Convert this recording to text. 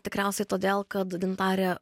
tikriausiai todėl kad gintarė